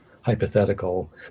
hypothetical